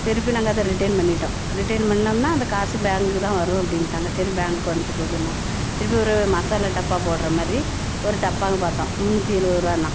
திருப்பி நாங்கள் அதை ரிட்டர்ன் பண்ணிட்டோம் ரிட்டர்ன் பண்ணோம்னால் அந்த காசு பேங்க்கு தான் வரும் அப்படின்டாங்க சரி பேங்க்குக்கு வந்துட்டு போதுன்னோம் திருப்பி ஒரு மசாலா டப்பா போடுற மாதிரி ஒரு டப்பா பார்த்தோம் முந்நூற்றி எழுவது ரூபான்னா